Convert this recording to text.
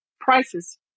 prices